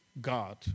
God